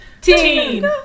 Teen